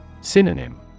Synonym